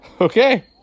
Okay